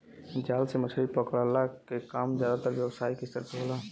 जाल से मछरी पकड़ला के काम जादातर व्यावसायिक स्तर पे होला